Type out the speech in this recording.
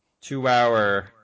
two-hour